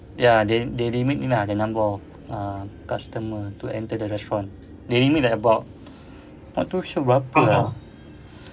ya they they limit ni lah the number of ah customer to enter the restaurant they limit like about not too sure berapa ah